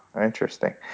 interesting